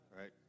Right